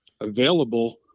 available